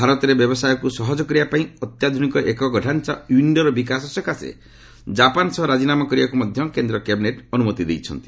ଭାରତରେ ବ୍ୟବସାୟକ୍ର ସହଜ କରିବା ପାଇଁ ଅତ୍ୟାଧ୍ରନିକ ଏକକ ଡାଞ୍ଚା ୱିଶ୍ଡୋର ବିକାଶ ସକାଶେ ଜାପାନ ସହ ରାଜିନାମା କରିବାକୁ ମଧ୍ୟ କେନ୍ଦ୍ର କ୍ୟାବିନେଟ୍ ଅନୁମତି ଦେଇଛନ୍ତି